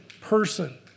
person